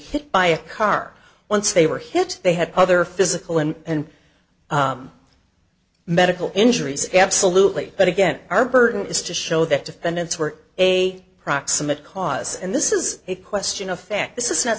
hit by a car once they were hit they had other physical and medical injuries absolutely but again our burden is to show that defendants were a proximate cause and this is a question of fact